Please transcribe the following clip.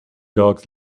dogs